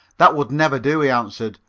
that would never do, he answered.